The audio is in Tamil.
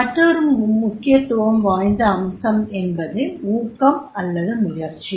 மற்றுமொரு முக்கியத்துவம் வாய்ந்த அம்சம் என்பது ஊக்கம் அல்லது முயற்சி